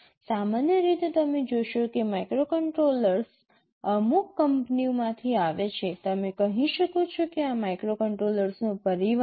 સામાન્ય રીતે તમે જોશો કે માઇક્રોકન્ટ્રોલર્સ અમુક કંપનીઓમાંથી આવે છે તમે કહી શકો છો કે આ માઇક્રોકન્ટ્રોલર્સનો પરિવાર છે